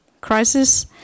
crisis